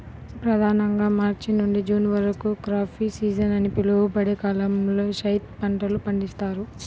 ప్రధానంగా మార్చి నుండి జూన్ వరకు క్రాప్ సీజన్ అని పిలువబడే కాలంలో జైద్ పంటలు పండిస్తారు